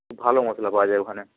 ভালো মশলা পাওয়া যায় ওখানে